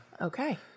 Okay